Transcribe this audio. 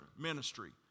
ministry